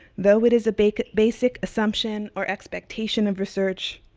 though it is a basic basic assumption or expectation of research,